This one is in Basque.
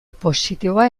positiboa